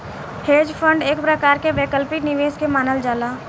hedge fund एक प्रकार के वैकल्पिक निवेश के मानल जाला